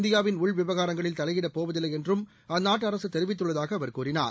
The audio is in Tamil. இந்தியாவின் உள் விவகாரங்களில் தலையிடப்போவதில்லை என்றும் அந்நாட்டு அரசு தெரிவித்துள்ளதாக அவர் கூறினார்